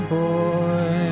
boy